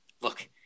look